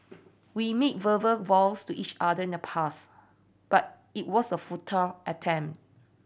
we made verbal vows to each other in the past but it was a futile attempt